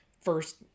first